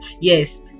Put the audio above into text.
yes